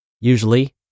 Usually